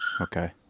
Okay